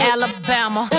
Alabama